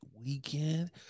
weekend